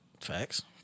Facts